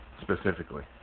specifically